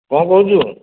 କ'ଣ କହୁଛୁ